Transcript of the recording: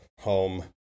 Home